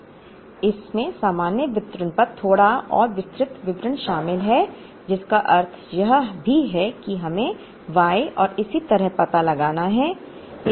इसमें सामान्य वितरण पर थोड़ा और विस्तृत विवरण शामिल है जिसका अर्थ यह भी है कि हमें y और इसी तरह पता लगाना है